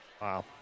Wow